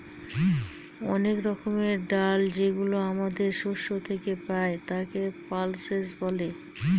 অনেক রকমের ডাল যেগুলো আমাদের শস্য থেকে পাই, তাকে পালসেস বলে